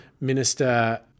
Minister